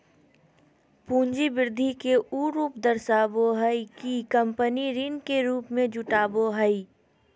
पूंजी वृद्धि के उ रूप दर्शाबो हइ कि कंपनी ऋण के रूप में जुटाबो हइ